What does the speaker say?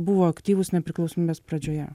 buvo aktyvūs nepriklausomybės pradžioje